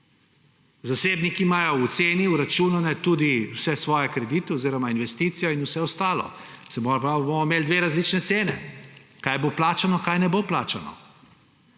Zasebniki imajo v ceni vračunane tudi vse svoje kredite oziroma investicijo in vse ostalo. Se pravi, da bomo imeli dve različni ceni – kaj bo plačano, kaj ne bo plačano.